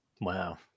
Wow